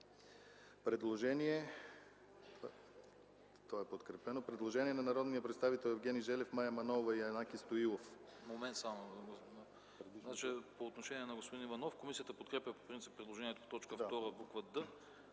Предложение от народните представители Евгений Желев, Мая Манолова и Янаки Стоилов